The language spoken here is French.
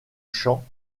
champs